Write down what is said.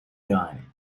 dining